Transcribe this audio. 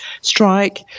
strike